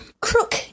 crook